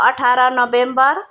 अठार नोभेम्बर